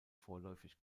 vorläufig